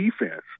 defense